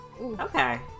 Okay